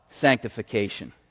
sanctification